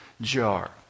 jar